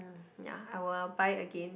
ya I'll buy again